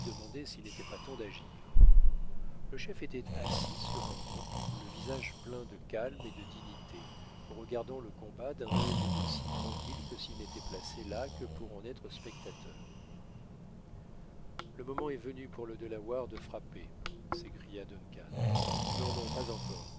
s'il n'était pas temps d'agir le chef était assis sur un roc le visage plein de calme et de dignité regardant le combat d'un œil aussi tranquille que s'il n'était placé là que pour en être spectateur le moment est venu pour le delaware de frapper s'écria duncan non non pas encore